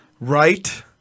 Right